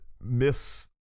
Miss